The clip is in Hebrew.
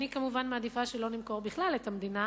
אני כמובן מעדיפה שלא נמכור בכלל את המדינה,